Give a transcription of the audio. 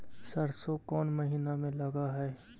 सरसों कोन महिना में लग है?